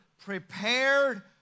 prepared